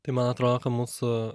tai man atrodo kad mūsų